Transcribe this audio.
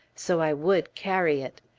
so i would carry it.